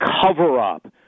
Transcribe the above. cover-up